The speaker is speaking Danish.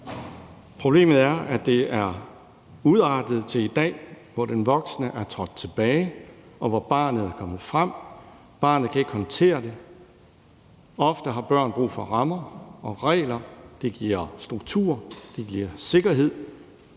Problemet er, at det i har udartet sig til i dag, hvor den voksne er trådt tilbage og hvor barnet er kommet frem, men barnet kan ikke håndtere det. Ofte har børn brug for rammer og regler. Det giver struktur; det giver sikkerhed.